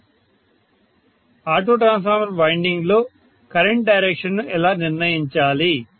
student autotransformer వైండింగ్లో current direction ను ఎలా నిర్ణయించాలి